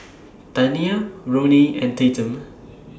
Taniyah Ronnie and Tatum